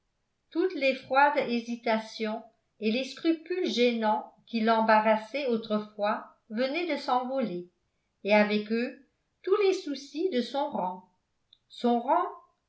toutes les froides hésitations et les scrupules gênants qui l'embarrassaient autrefois venaient de s'envoler et avec eux tous les soucis de son rang son rang